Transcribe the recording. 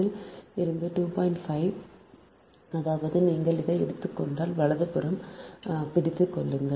5 அதாவது நீங்கள் இதை எடுத்துக்கொண்டால் வலதுபுறம் பிடித்துக் கொள்ளுங்கள்